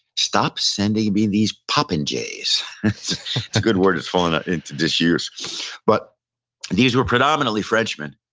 stop sending me these poppingjays. it's a good word, it's fallen into disuse but these were predominantly frenchmen.